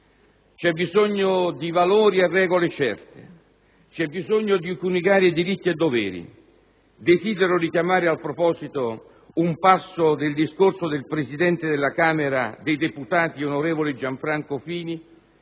C'è bisogno di valori e regole certe; c'è bisogno di coniugare diritti e doveri. Desidero richiamare in proposito un passo del discorso del Presidente della Camera dei deputati, onorevole Gianfranco Fini,